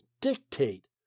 dictate